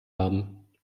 haben